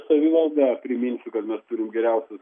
savivalda priminsiu kad mes turim geriausius